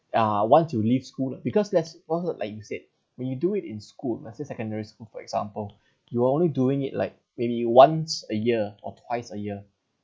ah once you leave school lah because that's like you said when you do it in school let's say secondary school for example you were only doing it like maybe once a year or twice a year